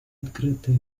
открытое